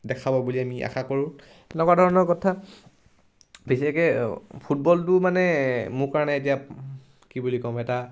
দেখাব বুলি আমি আশা কৰোঁ তেনেকুৱা ধৰণৰ কথা বিশেষকৈ ফুটবলটো মানে মোৰ কাৰণে এতিয়া কি বুলি ক'ম এটা